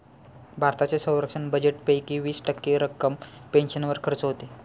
भारताच्या संरक्षण बजेटपैकी वीस टक्के रक्कम पेन्शनवर खर्च होते